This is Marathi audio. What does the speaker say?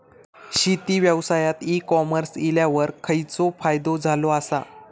शेती व्यवसायात ई कॉमर्स इल्यावर खयचो फायदो झालो आसा?